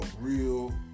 real